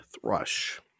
Thrush